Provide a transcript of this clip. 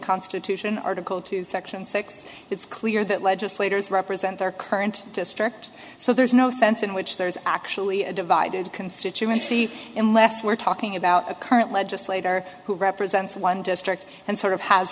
constitution article two section six it's clear that legislators represent their current district so there's no sense in which there's actually a divided constituency in less we're talking about a current legislator who represents one district and sort of has